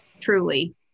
truly